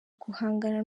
guhangana